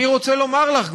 אני רוצה לומר לך,